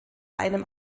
einem